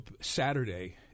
Saturday